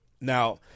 Now